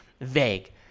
vague